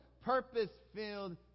purpose-filled